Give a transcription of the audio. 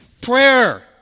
Prayer